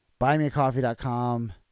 buymeacoffee.com